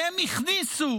והם הכניסו